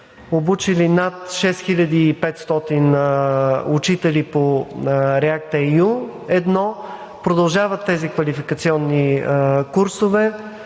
обучили над 6500 учители по REACT-EU-1, продължават тези квалификационни курсове,